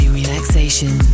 relaxation